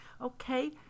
Okay